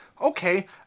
okay